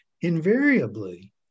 invariably